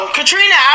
Katrina